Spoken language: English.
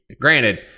Granted